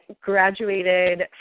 graduated